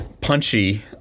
punchy